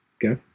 go